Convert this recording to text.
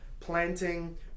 Planting